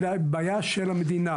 אלא היא בעיה של המדינה.